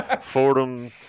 Fordham